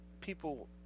people